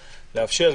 לאפשר,